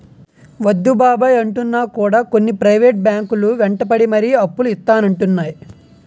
వద్దు బాబోయ్ అంటున్నా కూడా కొన్ని ప్రైవేట్ బ్యాంకు లు వెంటపడి మరీ అప్పులు ఇత్తానంటున్నాయి